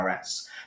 RS